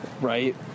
Right